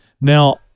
Now